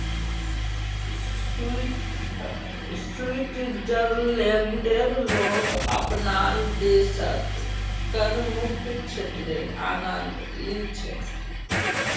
स्विट्जरलैंडेर लोग अपनार देशत करमुक्त क्षेत्रेर आनंद ली छेक